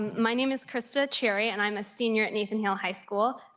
my name is christa cherry and i'm a senior at nathan hill high school.